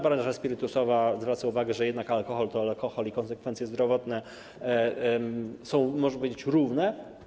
Branża spirytusowa zwraca uwagę, że jednak alkohol to alkohol i konsekwencje zdrowotne są, można powiedzieć, równe.